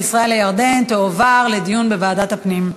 ישראל לירדן תועברנה לדיון בוועדת הפנים.